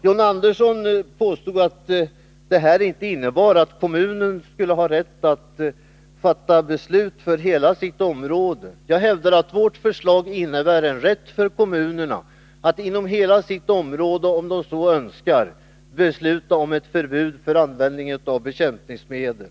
John Andersson påstod att detta inte innebär att kommunerna skulle ha rätt att fatta beslut för hela sitt område. Jag hävdar att vårt förslag innebär en rätt för kommunerna att inom hela sitt område, om de så önskar, besluta om ett förbud mot användning av bekämpningsmedel.